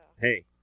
Hey